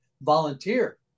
volunteer